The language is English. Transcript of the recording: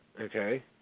Okay